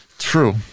True